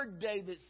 David